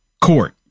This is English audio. court